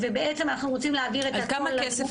ואנחנו רוצים להעביר את כל --- כמה כסף